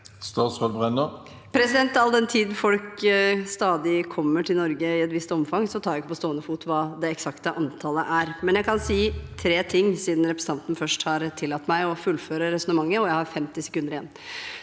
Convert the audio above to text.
All den tid folk stadig kommer til Norge i et visst omfang, kan jeg ikke på stående fot si hva det eksakte antallet er, men jeg kan si tre ting, siden representanten først har tillatt meg å fullføre resonnementet – og jeg har 50 sekunder igjen.